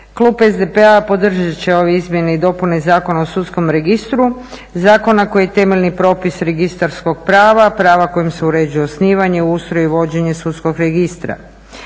Klub SDP-a podržat će ove izmjene i dopune Zakona o sudskom registru, zakona koji je temeljni propis registarskog prava, prava kojim se uređuje osnivanje, ustroj i vođenje sudskog registra.